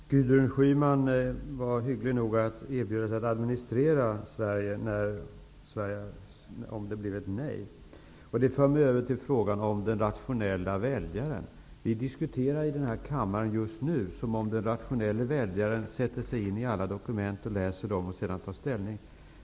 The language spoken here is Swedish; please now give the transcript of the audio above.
Herr talman! Gudrun Schyman var hygglig nog att erbjuda sig att administrera Sverige om det skulle bli ett nej till EG-medlemskap. Det för mig över till frågan om den rationella väljaren. Vi diskuterar i den här kammaren just nu som om den rationelle väljaren sätter sig in i alla dokument och läser dem för att sedan ta ställning.